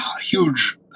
huge